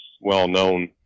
well-known